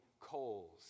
coals